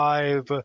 Five